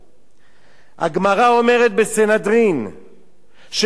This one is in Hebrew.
הגמרא בסנהדרין אומרת שכל הברכות